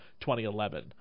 2011